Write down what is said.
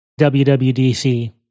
WWDC